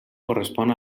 correspon